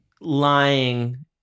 lying